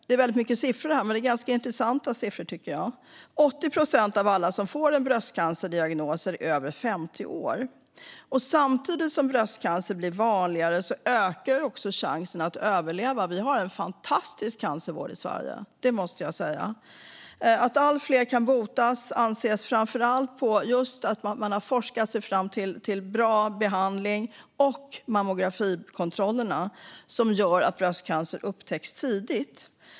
Det är väldigt mycket siffror här, men det är ganska intressanta siffror, tycker jag. 80 procent av alla som får en bröstcancerdiagnos är över 50 år. Samtidigt som bröstcancer blir vanligare ökar chansen att överleva. Vi har en fantastisk cancervård i Sverige - det måste jag säga. Att allt fler kan botas anses framför allt bero på att man har forskat sig fram till bra behandling och på mammografikontrollerna, som gör att bröstcancer upptäcks tidigt.